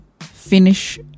finish